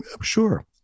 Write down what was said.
sure